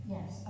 Yes